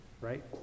Right